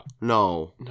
No